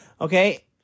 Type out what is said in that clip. Okay